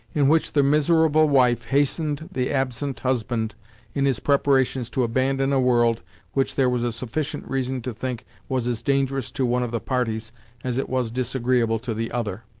in which the miserable wife hastened the absent husband in his preparations to abandon a world which there was a sufficient reason to think was as dangerous to one of the parties as it was disagreeable to the other.